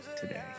today